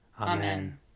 Amen